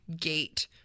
gate